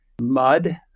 mud